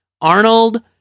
arnold